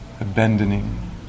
abandoning